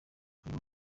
arimo